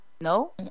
no